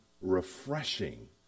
refreshing